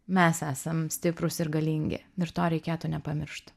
mes esam stiprūs ir galingi ir to reikėtų nepamiršt